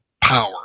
power